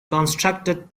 constructed